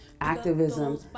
activism